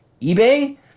eBay